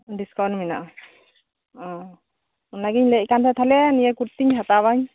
discount ᱢᱮᱱᱟᱜᱼᱟ ᱚᱻ ᱚᱱᱟᱜᱮᱧ ᱞᱟᱹᱭᱮᱫ ᱠᱟᱱ ᱛᱟᱦᱞᱮ ᱱᱤᱭᱟᱹ ᱠᱩᱨᱛᱤᱧ ᱦᱟᱛᱟᱣᱟᱹᱧ